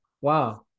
Wow